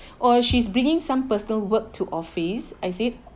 or she's bringing some personal work to office as it